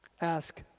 Ask